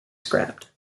scrapped